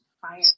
fire